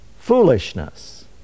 foolishness